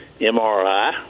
MRI